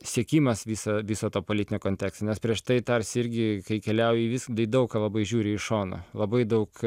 siekimas visą viso to politinio konteksto nes prieš tai tarsi irgi kai keliauji vis į daug ką labai žiūri į šoną labai daug